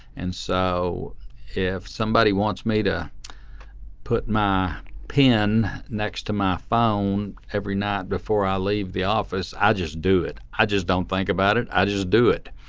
and so if somebody wants me to put my pen next to my phone every night before i leave the office i'll just do it. i just don't think about it. i just do it.